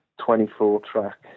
24-track